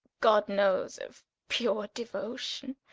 god knowes of pure deuotion,